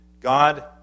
God